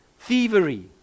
Thievery